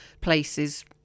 places